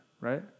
right